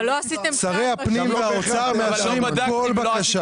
שרי הפנים והאוצר מאשרים כל בקשה.